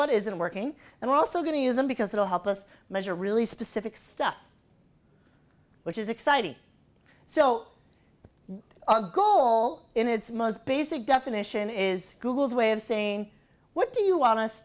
what isn't working and we're also going to use them because it'll help us measure really specific stuff which is exciting so our goal in its most basic definition is google's way of saying what do you